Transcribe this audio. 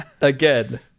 again